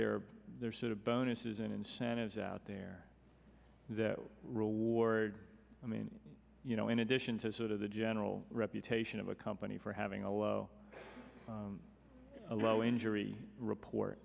that they're sort of bonuses in incentives out there that reward i mean you know in addition to sort of the general reputation of a company for having a low a low injury report